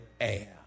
air